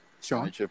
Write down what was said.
Sean